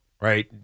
right